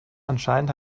anscheinend